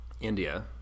India